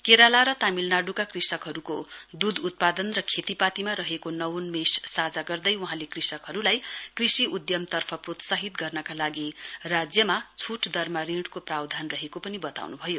केराला र तामिलनाड्का कृषकहरूको दूध उत्पादन र खेतीपातीमा रहेको नवोन्वेष साझा गर्दै वहाँले कृषकहरूलाई कृषि उध्म तर्फ प्रोत्साहित गर्नका लागि राज्यमा छूट दरमा ऋणको प्रावधान रहेको क्रो बताउन्भयो